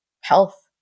health